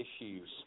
issues